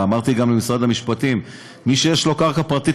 אמרתי גם למשרד המשפטים: מי שיש לו קרקע פרטית,